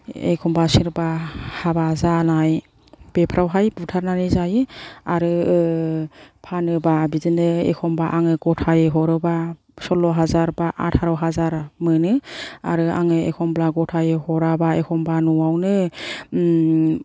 एखम्बा सोरबा हाबा जानाय बेफ्रावहाय बुथारनानै जायो आरो फानोबा बिदिनो एखम्बा आङो गथायै हरोबा सल्ल' हाजार बा आटा'र हाजार मोनो आरो आङो एखम्ब्ला गथायै हराबा एखम्बा न'आवनो